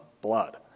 blood